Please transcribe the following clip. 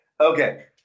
Okay